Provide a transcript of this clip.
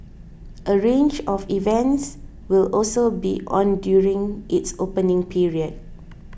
a range of events will also be on during its opening period